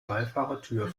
beifahrertür